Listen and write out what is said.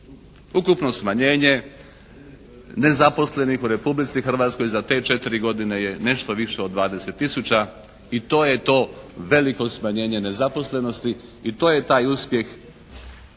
Ukupno smanjenje nezaposlenih u Republici Hrvatskoj za te 4 godine je nešto više od 20 tisuća i to je to veliko smanjenje nezaposlenosti i to je taj uspjeh